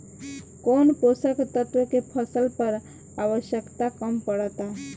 कौन पोषक तत्व के फसल पर आवशयक्ता कम पड़ता?